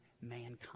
mankind